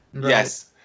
Yes